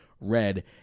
red